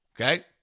okay